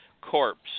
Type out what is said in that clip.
Corpse